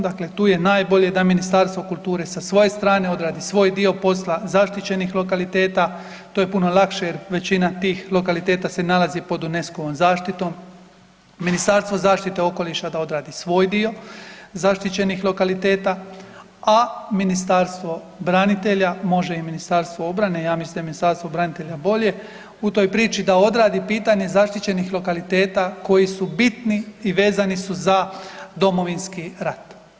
Dakle, to je najbolje da Ministarstvo kulture sa svoje strane odradi svoj dio posla, zaštićenih lokaliteta, to je puno lakše jer većina tih lokaliteta se nalazi pod UNESCO-ovom zaštitom, Ministarstvo zaštite okoliša da odradi svoj dio zaštićenih lokaliteta, a Ministarstvo branitelja, može i Ministarstvo obrane, ja mislim da je Ministarstvo branitelja bolje u toj priči, da odradi pitanje zaštićenih lokaliteta koji su bitni i vezani su za Domovinski rat.